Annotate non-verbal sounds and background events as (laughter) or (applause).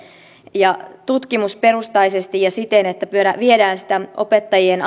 ja tutkimusperustaisesti ja siten että viedään sitä opettajien (unintelligible)